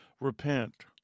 Repent